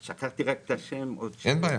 שכחתי רק את השם, מאגודת